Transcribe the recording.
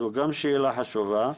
זו גם שאלה חשובה.